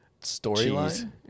Storyline